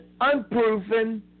unproven